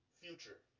future